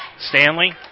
Stanley